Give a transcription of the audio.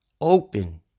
open